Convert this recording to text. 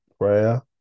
prayer